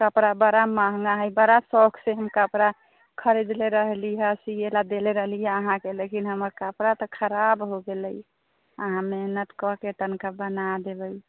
कपड़ा बड़ा महगा हइ बड़ा सौखसँ हम कपड़ा खरीदले रहलिए सिएलै देले रहली अहाँके लेकिन हमर कपड़ा तऽ खराब हो गेले अहाँ मेहनत कइके तनिके बना देबै